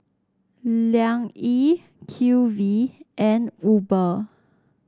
Liang Yi Q V and Uber